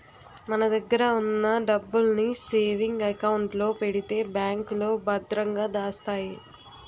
మన దగ్గర ఉన్న డబ్బుల్ని సేవింగ్ అకౌంట్ లో పెడితే బ్యాంకులో భద్రంగా దాస్తాయి